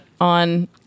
on